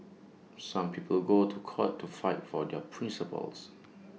some people go to court to fight for their principles